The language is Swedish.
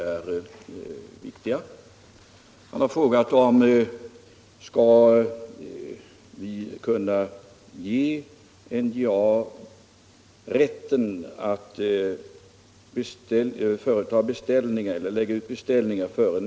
Herr Burenstam Linder frågade om vi skall kunna ge NJA rätten att lägga ut beställningar före nästa års beslut. Herr talman!